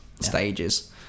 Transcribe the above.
Stages